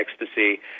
Ecstasy